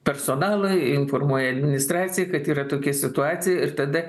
personalą informuoja administraciją kad yra tokia situacija ir tada